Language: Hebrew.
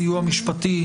הסיוע המשפטי,